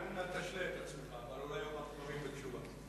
אל נא תשלה את עצמך, אבל אולי אומר דברים בתשובה.